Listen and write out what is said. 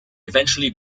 eventually